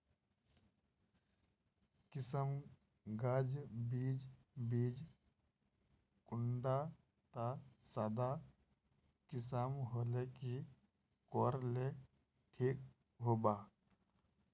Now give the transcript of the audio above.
किसम गाज बीज बीज कुंडा त सादा किसम होले की कोर ले ठीक होबा?